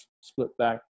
split-back